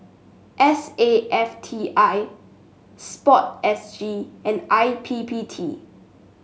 S A F T I sport S G and I P P T